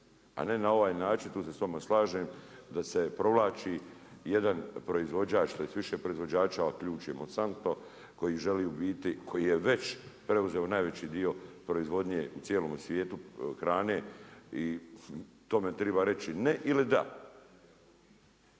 A ne na ovaj način, tu se s vama slažem, da se provlači, jedan proizvođač, tj. više proizvođača …/Govornik se ne razumije./… Monsantno koji želi u biti, koji je već preuzeo najveći dio proizvodnje hrane i tome treba reći ne ili da.